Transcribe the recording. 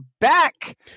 back